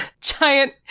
giant